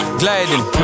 gliding